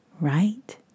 right